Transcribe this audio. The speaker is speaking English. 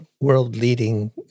world-leading